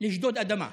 לשדוד אדמה,